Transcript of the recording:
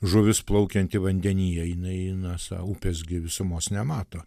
žuvis plaukianti vandenyje jinai na sau upės gi visumos nemato